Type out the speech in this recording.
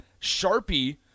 Sharpie